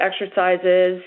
exercises